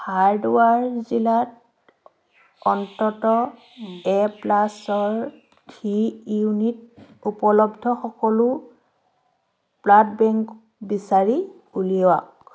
হাৰ্ডৱাৰ জিলাত অন্ততঃ এ প্লাছৰ থ্ৰী ইউনিট উপলব্ধ সকলো ব্লাড বেংক বিচাৰি উলিয়াওক